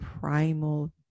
primal